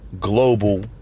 global